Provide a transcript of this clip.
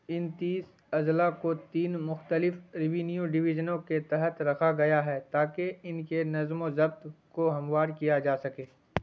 ان تیس اضلاع کو تین مختلف ریونیو ڈویزنوں کے تحت رکھا گیا ہے تاکہ ان کے نظم و ضبط کو ہموار کیا جا سکے